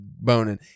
boning